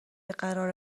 قرار